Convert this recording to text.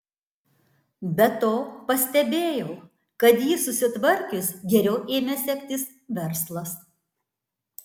be to pastebėjau kad jį susitvarkius geriau ėmė sektis verslas